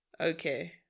Okay